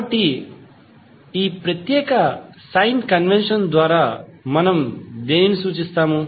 కాబట్టి ఈ ప్రత్యేక సైన్ కన్వెన్షన్ ద్వారా మనం దేనిని సూచిస్తాము